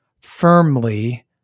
firmly